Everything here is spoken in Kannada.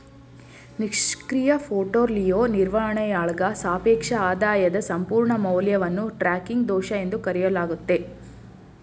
ನಿಷ್ಕ್ರಿಯ ಪೋರ್ಟ್ಫೋಲಿಯೋ ನಿರ್ವಹಣೆಯಾಳ್ಗ ಸಾಪೇಕ್ಷ ಆದಾಯದ ಸಂಪೂರ್ಣ ಮೌಲ್ಯವನ್ನು ಟ್ರ್ಯಾಕಿಂಗ್ ದೋಷ ಎಂದು ಕರೆಯಲಾಗುತ್ತೆ